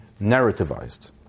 narrativized